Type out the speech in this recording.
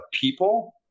people